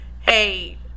hey